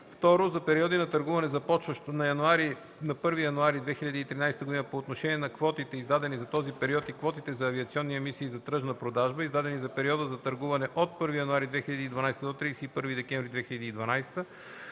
(2) За периода за търгуване, започващ на 1 януари 2013 г. по отношение на квотите, издадени за този период, и квотите за авиационни емисии за тръжна продажба, издадени за периода за търгуване от 1 януари 2012 г. до 31 декември 2012 г.,